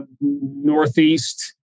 Northeast